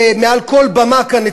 מעל כל במה כאן,